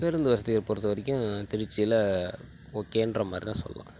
பேருந்து வசதியை பொறுத்த வரைக்கும் திருச்சியில ஓகேன்ற மாரி தான் சொல்லலாம்